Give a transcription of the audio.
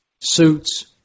Suits